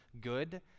good